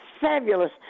fabulous